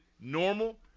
normal